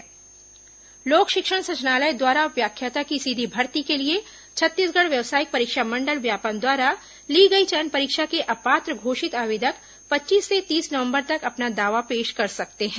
व्याख्याता भर्ती दावा आपत्ति लोक शिक्षण संचालनालय द्वारा व्याख्याता की सीधी भर्ती के लिए छत्तीसगढ़ व्यावसायिक परीक्षा मंडल व्यापमं द्वारा ली गई चयन परीक्षा के अपात्र घोषित आवेदक पच्चीस से तीस नवंबर तक अपना दावा पेश कर सकते हैं